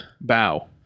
bow